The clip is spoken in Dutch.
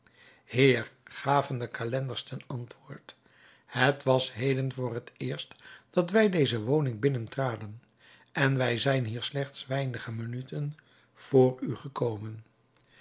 heer gaven de calenders ten antwoord het was heden voor het eerst dat wij deze woning binnentraden en wij zijn hier slechts weinige minuten vr u gekomen